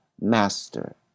master